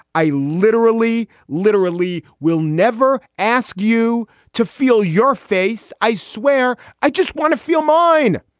i literally, literally will never ask you to feel your face. i swear, i just want to feel mine.